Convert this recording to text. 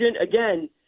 Again